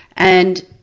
and